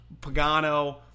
Pagano